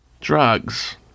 drugs